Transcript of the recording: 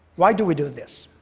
why do we do this?